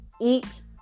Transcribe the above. eat